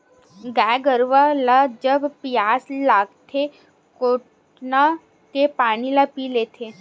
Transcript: गाय गरुवा ल जब पियास लागथे कोटना के पानी ल पीय लेथे